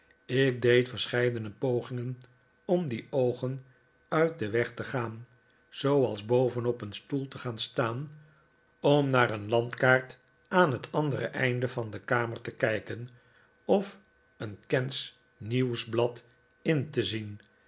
ik deed verscheidene pogingen om die oogen uit den weg te gaan zooals boven op een stoel te gaan staan om naar een landkaart aan het andere einde van de kamer te kijken of een kentsch nieuwsblad in te zien